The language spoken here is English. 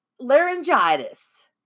laryngitis